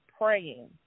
praying